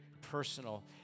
personal